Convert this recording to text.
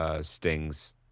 Sting's